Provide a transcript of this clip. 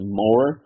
more